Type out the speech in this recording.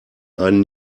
einen